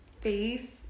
faith